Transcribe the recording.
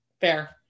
fair